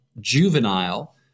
juvenile